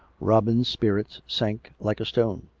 robin's spirits sank like a stone.